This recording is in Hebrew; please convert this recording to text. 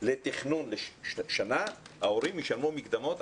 לתכנון שנה, ההורים ישלמו מקדמות.